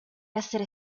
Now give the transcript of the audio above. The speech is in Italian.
essere